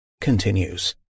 continues